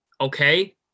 Okay